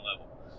level